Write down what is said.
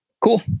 Cool